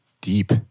deep